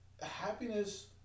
happiness